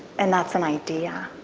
and that's an idea.